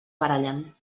barallen